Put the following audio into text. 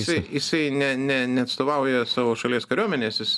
jisai jisai ne ne neatstovauja savo šalies kariuomenės